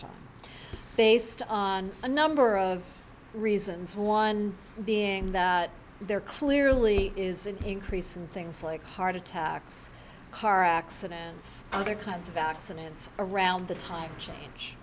time based on a number of reasons one being that there clearly is an increase in things like heart attacks car accidents other kinds of accidents around the time change